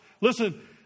Listen